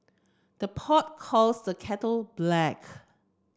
the pot calls the kettle black